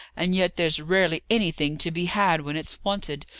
and yet there's rarely anything to be had when it's wanted.